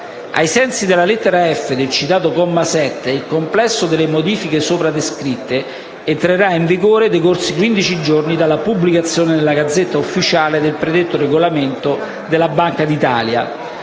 Ai sensi della lettera *f)* del citato comma 7, il complesso delle modifiche sopra descritte entrerà in vigore decorsi quindici giorni dalla pubblicazione sulla *Gazzetta Ufficiale* del predetto regolamento della Banca d'Italia.